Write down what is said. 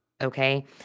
okay